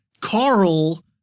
Carl